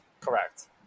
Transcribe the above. Correct